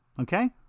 Okay